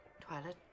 Twilight